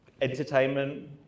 entertainment